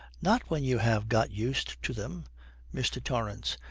not when you have got used to them mr. torrance.